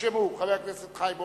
נרשמו חברי הכנסת חיים אורון,